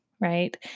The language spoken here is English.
right